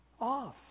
off